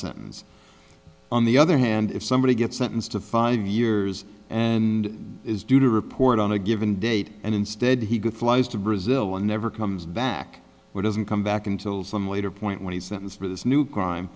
sentence on the other hand if somebody gets sentenced to five years and is due to report on a given date and instead he got flies to brazil and never comes back or doesn't come back until some later point when he's sentenced for this new crime